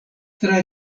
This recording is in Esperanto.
tra